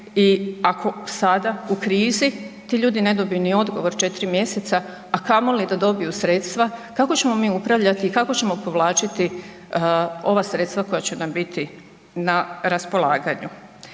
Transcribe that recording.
i ako sada u krizi ti ljudi ne dobiju ni odgovor 4 mjeseca, a kamoli da dobiju sredstva, kako ćemo mi upravljati i kako ćemo povlačiti ova sredstva koja će nam biti na raspolaganju?